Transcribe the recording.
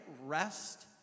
rest